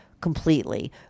completely